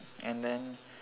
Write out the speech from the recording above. and then